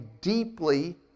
deeply